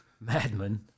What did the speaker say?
madman